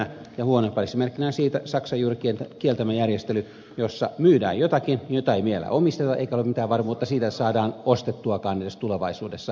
ja huonona esimerkkinä siitä on saksan juuri kieltämä järjestely jossa myydään jotakin mitä ei vielä omisteta eikä ole mitään varmuutta siitä että saadaan ostettuakaan edes tulevaisuudessa